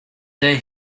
there